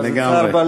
נכון, לגמרי.